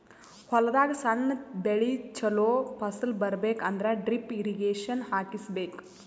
ಹೊಲದಾಗ್ ಸಣ್ಣ ಬೆಳಿ ಚೊಲೋ ಫಸಲ್ ಬರಬೇಕ್ ಅಂದ್ರ ಡ್ರಿಪ್ ಇರ್ರೀಗೇಷನ್ ಹಾಕಿಸ್ಬೇಕ್